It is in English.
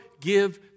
give